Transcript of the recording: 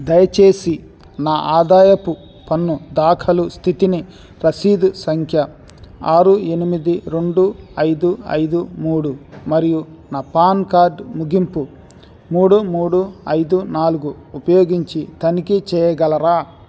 దయచేసి నా ఆదాయపు పన్ను దాఖలు స్థితిని రసీదు సంఖ్య ఆరు ఎనిమిది రెండు ఐదు ఐదు మూడు మరియు నా పాన్ కార్డు ముగింపు మూడు మూడు ఐదు నాలుగు ఉపయోగించి తనిఖీ చేయగలరా